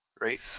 right